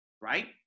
right